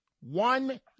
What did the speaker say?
One